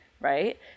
right